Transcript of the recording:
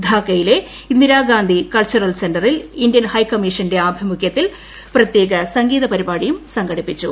ധാക്കയിലെ Indira Gandhi cultural സെന്ററിൽ Indian ഹൈക്കമ്മീഷന്റെ ആഭിമുഖ്യത്തിൽ പ്രത്യേക സംഗീത പരിപാടിയും സംഘടിപ്പിച്ചു